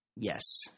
Yes